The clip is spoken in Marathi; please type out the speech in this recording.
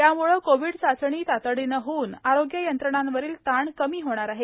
यामुळे कोविड चाचणी तातडीने होऊन आरोग्य यंत्रणांवरील ताण कमी होणार आहे